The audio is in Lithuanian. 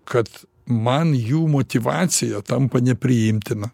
kad man jų motyvacija tampa nepriimtina